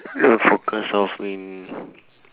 you know focus of